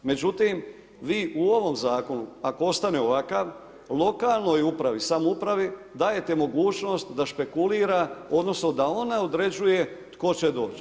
Međutim, vi u ovom zakonu, ako ostane ovakav, lokalnoj upravi, samoupravi, dajete mogućnost da špekulirat, odnosno, da ona određuje tko će doći.